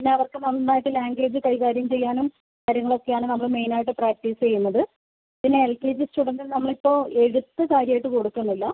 പിന്നെ അവർക്ക് നന്നായിട്ട് ലാങ്ക്വേജ് കൈകാര്യം ചെയ്യാനും കാര്യങ്ങളുമൊക്കെയാണ് നമ്മൾ മെയിൻ ആയിട്ട് പ്രാക്ടീസ് ചെയ്യുന്നത് പിന്നെ എൽ കെ ജി സ്റുഡൻറ്റ്സിന് നമ്മൾ ഇപ്പോൾ എഴുത്ത് കാര്യമായിട്ട് കൊടുക്കുന്നില്ല